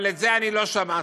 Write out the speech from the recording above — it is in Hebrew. אבל את זה אני לא שמעתי.